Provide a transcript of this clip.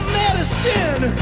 medicine